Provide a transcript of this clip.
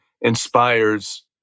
inspires